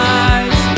eyes